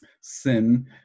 Sin